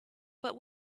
but